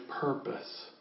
purpose